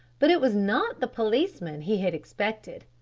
but it was not the policeman he had expected.